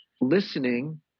listening